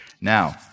Now